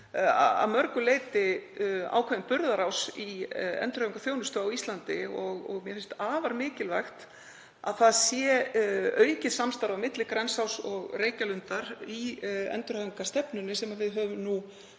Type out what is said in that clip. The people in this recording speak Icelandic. að mörgu leyti verið ákveðinn burðarás í endurhæfingarþjónustu á Íslandi. Mér finnst afar mikilvægt að það sé aukið samstarf á milli Grensáss og Reykjalundar í endurhæfingarstefnunni sem við höfum nú